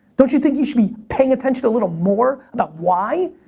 don't you think you should be paying attention a little more, the why.